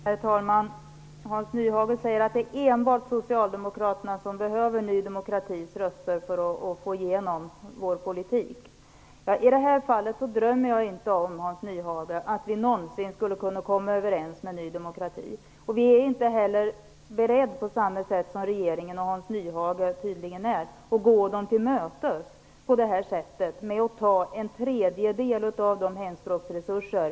Herr talman! Hans Nyhage säger att det enbart är Socialdemokraterna som behöver nydemokraternas röster för att få igenom sin politik. I det här fallet drömmer jag inte, Hans Nyhage, om att vi någonsin skulle kunna komma överens med Ny demokrati. Vi är inte heller beredda på samma sätt som regeringen och Hans Nyhage tydligen är att gå Ny demokrati till mötes genom att ta bort en tredjedel av resurserna för hemspråksundervisningen.